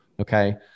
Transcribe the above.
Okay